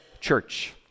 church